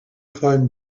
climbed